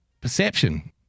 Perception